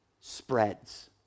spreads